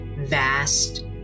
vast